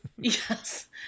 Yes